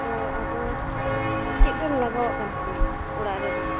ᱚ ᱟᱫᱚ ᱤᱭᱟ ᱪᱮᱫᱽ ᱠᱚᱢ ᱞᱟᱜᱟᱣᱟᱫ ᱠᱟᱱ ᱛᱟᱦᱮᱱᱟ ᱚᱲᱟᱜ ᱨᱮᱫᱚ